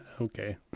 Okay